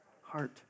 Heart